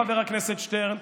חבר הכנסת שטרן,